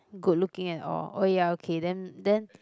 good looking at all oh ya okay then then